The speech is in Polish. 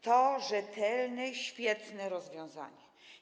To rzetelne i świetne rozwiązanie.